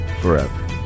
forever